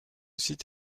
site